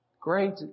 Great